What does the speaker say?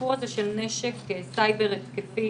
הסיפור של נשק סייבר התקפי